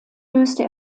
löste